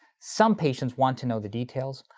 some patients want to know the details,